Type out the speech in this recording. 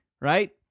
right